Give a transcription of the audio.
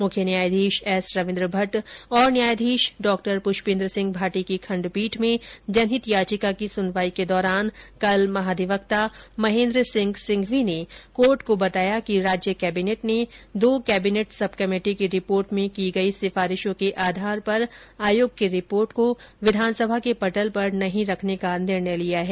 मुख्य न्यायाधीश एसरविंद्र भट्ट तथा न्यायाधीश डाप्रष्पेंद्रसिंह भाटी की खंडपीठ में जनहित याचिका की सुनवाई के दौरान कल महाधिवक्ता महेन्द्र सिंह सिंघवी ने कोर्ट को बताया कि राज्य कैबिनेट ने दो कैबिनेट सब कमेटी की रिपोर्ट में की गई सिफारिशों के आधार पर आयोग की रिपोर्ट को विधानसभा के पटल पर नहीं रखने का निर्णय लिया है